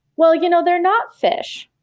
well, you know, they're not fish.